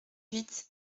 huit